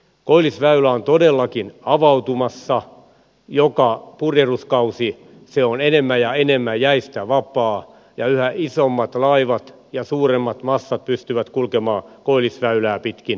koillisväylä on todellakin avautumassa ja sen purjehduskausi on enemmän ja enemmän jäistä vapaa ja yhä isommat laivat ja suuremmat massat pystyvät kulkemaan koillisväylää pitkin aasiaan